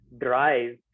drive